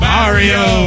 Mario